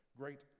great